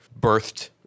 birthed